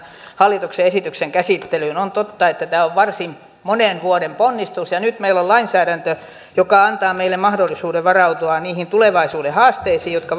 hallituksen esityksen käsittelyyn on totta että tämä on varsin monen vuoden ponnistus ja nyt meillä on lainsäädäntö joka antaa meille mahdollisuuden varautua niihin tulevaisuuden haasteisiin jotka